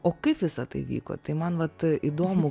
o kaip visa tai vyko tai man vat įdomu